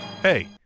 Hey